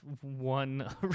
one